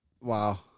Wow